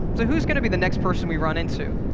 so who's going to be the next person we run into?